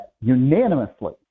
unanimously